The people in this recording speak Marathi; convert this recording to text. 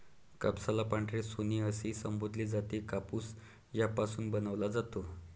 कापसाला पांढरे सोने असेही संबोधले जाते, कापूस यापासून बनवला जातो